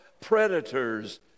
predators